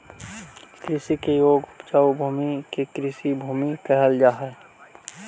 कृषि के योग्य उपजाऊ भूमि के कृषिभूमि कहल जा हई